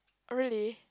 oh really